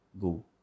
go